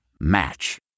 match